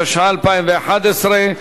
התשע"א 2011,